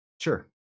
sure